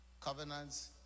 Covenants